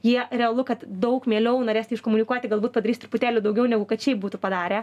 jie realu kad daug mieliau norės tai iškomunikuoti galbūt padarys truputėlį daugiau negu kad šiaip būtų padarę